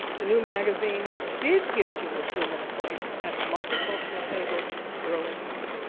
the new magazine did give jewish women a place at the multicultural table early on.